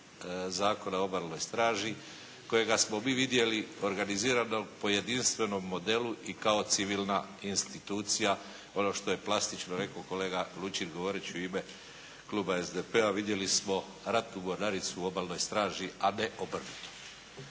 Zakona o Obalnoj straži kojega smo mi vidjeli organizirano po jedinstvenom modelu i kao civilna institucija, ono što je plastično rekao kolega Lučin govoreći u ime kluba SDP-a. Vidjeli smo ratnu mornaricu u Obalnoj straži, a ne obrnuto.